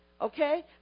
okay